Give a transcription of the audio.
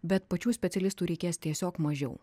bet pačių specialistų reikės tiesiog mažiau